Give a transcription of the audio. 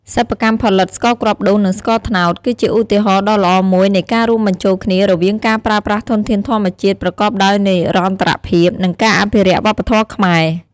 សិប្បកម្មផលិតស្ករគ្រាប់ដូង និងស្ករត្នោត គឺជាឧទាហរណ៍ដ៏ល្អមួយនៃការរួមបញ្ចូលគ្នារវាងការប្រើប្រាស់ធនធានធម្មជាតិប្រកបដោយនិរន្តរភាព និងការអភិរក្សវប្បធម៌ខ្មែរ។